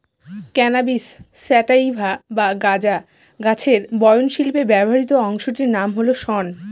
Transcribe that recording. cannabis sativa বা গাঁজা গাছের বয়ন শিল্পে ব্যবহৃত অংশটির নাম হল শন